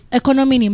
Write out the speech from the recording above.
economy